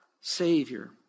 Savior